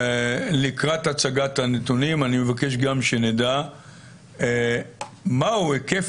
לקראת הצגת הנתונים אני מבקש גם שנדע מהו היקף